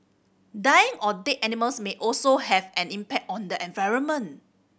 dying or dead animals may also have an impact on the environment